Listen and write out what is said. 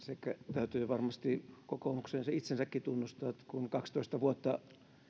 täytyy varmasti kokoomuksen itsensäkin tunnistaa että kun kaksitoista vuotta